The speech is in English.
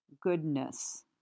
goodness